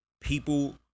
people